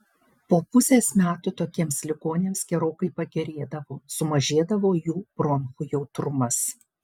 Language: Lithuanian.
po pusės metų tokiems ligoniams gerokai pagerėdavo sumažėdavo jų bronchų jautrumas